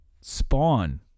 spawn